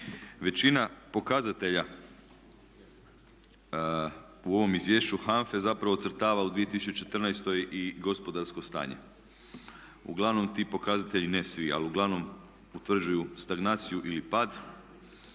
Većina pokazatelja u ovom izvješću HANFA-e zapravo ocrtava u 2014. i gospodarsko stanje. Uglavnom ti pokazatelji, ne svi, ali uglavnom utvrđuju stagnaciju ili pad,